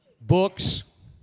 Books